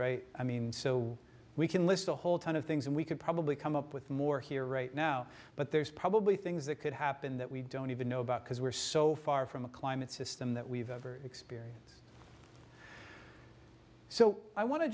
unknowns i mean so we can list a whole ton of things and we could probably come up with more here right now but there's probably things that could happen that we don't even know about because we're so far from a climate system that we've ever experience so i want to